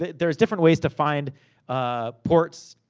there's different ways to find ah ports,